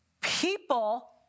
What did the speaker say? people